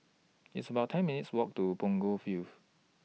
It's about ten minutes' Walk to Punggol Field